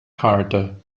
carter